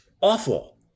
awful